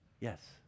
Yes